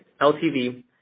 LTV